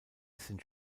sind